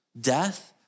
Death